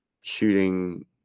shooting